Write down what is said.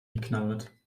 geknabbert